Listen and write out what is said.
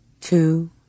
two